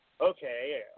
okay